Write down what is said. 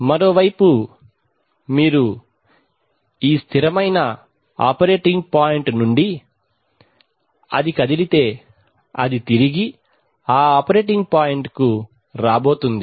మరోవైపు మీరు ఈ స్థిరమైన ఆపరేటింగ్ పాయింట్ నుండి అది కదిలితే అది తిరిగి ఆ ఆపరేటింగ్ పాయింట్కు రాబోతుంది